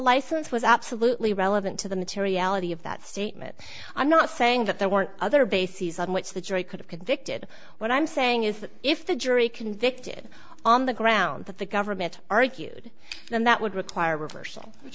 license was absolutely relevant to the materiality of that statement i'm not saying that there weren't other bases on which the jury could have convicted what i'm saying is that if the jury convicted on the ground that the government argued then that would require a reversal